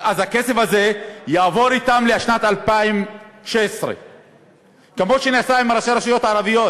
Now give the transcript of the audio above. אז הכסף הזה יעבור אתם לשנת 2016. כמו שנעשה עם ראשי הרשויות הערביות.